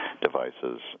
devices